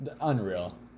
Unreal